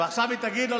לא, לא.